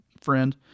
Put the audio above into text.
friend